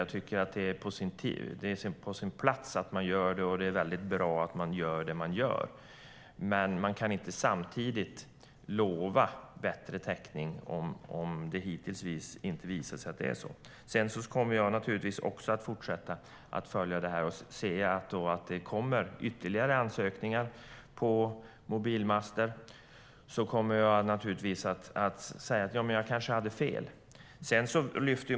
Jag tycker att det är på sin plats att man gör det, och det är bra att man gör det man gör, men man kan inte samtidigt lova bättre täckning när det hitintills visat sig att det inte är så. Sedan kommer jag naturligtvis också att fortsätta följa det här. Ser jag att det kommer ytterligare ansökningar för mobilmaster kommer jag naturligtvis att säga att jag kanske hade fel.